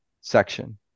section